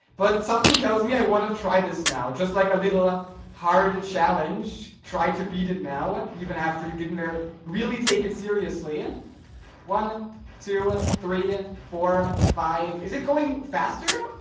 but something tells me i want to try this now just like a little ah hard challenge try to beat it now ah even after you didn't there really take it seriously yet one two three four five is it going faster